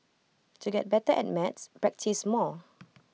to get better at maths practise more